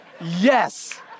Yes